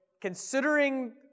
considering